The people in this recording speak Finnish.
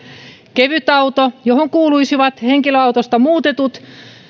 kevytauto johon kuuluisivat henkilöautosta muutetut